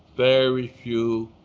very few